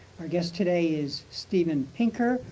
our guest today is steven pinker,